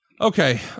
Okay